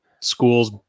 schools